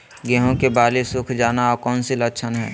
गेंहू की बाली सुख जाना कौन सी लक्षण है?